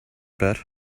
bet